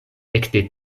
ekde